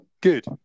good